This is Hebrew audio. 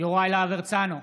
יוראי להב הרצנו,